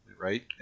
right